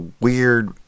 weird